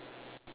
ya